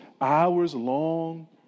hours-long